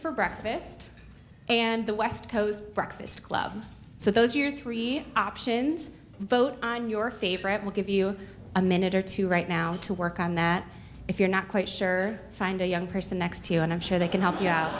for breakfast and the west coast breakfast club so those are three options vote on your favorite will give you a minute or two right now to work on that if you're not quite sure find a young person next to you and i'm sure they can help you